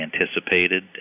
anticipated